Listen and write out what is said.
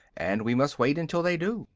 and we must wait until they do.